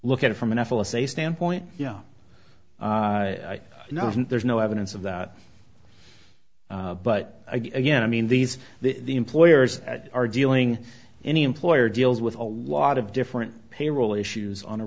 look at it from an awful a say standpoint you know no there's no evidence of that but again i mean these the employers are dealing any employer deals with a lot of different payroll issues on a